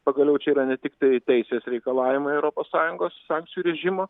pagaliau čia yra ne tiktai teisės reikalavimai europos sąjungos sankcijų režimo